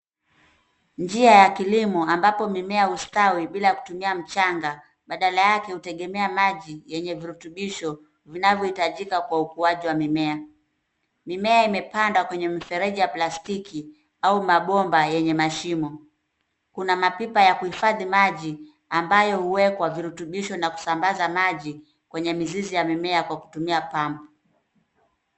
Njia ya kilimo ambapo mimea ustawi bila kutumia mchanga, badala yake hutegemea maji venye virutubisho vinavyo hitajika kwa ukwaji wa mimea. Mimea ime panda kwenye mfereji ya plastiki au mabomba yenye mashimo. Kuna mapipa ya kuhifadhi maji ambayo huwekwa virutubisho na kusambaza maji kwenye mizizi ya mimea kwa kutumia pampu.